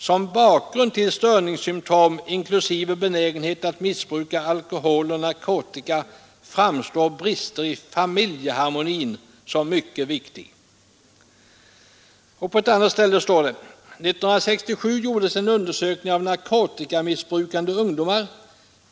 Som bakgrund till störningssymtom inklusive benägenhet att missbruka alkohol och narkotika, framstår brister i familjeharmonin som mycket viktig.” På ett annat ställe står det: ” 1967 gjordes en undersökning av narkotikamissbrukande ungdomar ———.